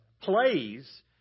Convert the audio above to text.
plays